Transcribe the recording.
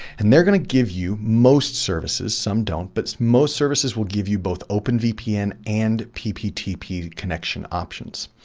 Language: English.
and they're going to give you most services. some don't, but so most services will give you both openvpn and pptp connection options.